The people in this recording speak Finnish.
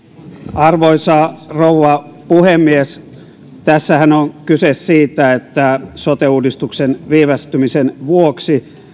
arvoisa rouva puhemies tässähän on kyse siitä että sote uudistuksen viivästymisen vuoksi